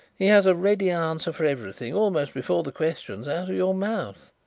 he has a ready answer for everything almost before the question is out of your mouth.